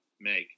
make